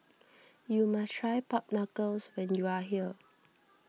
you must try Pork Knuckle when you are here